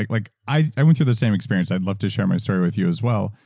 like i went through the same experience. i'd love to share my story with you, as well,